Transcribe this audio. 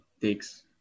takes